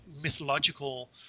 mythological